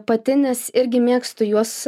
pati nes irgi mėgstu juos